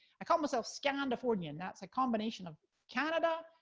i call myself scandifornian. that's a combination of canada,